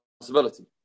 possibility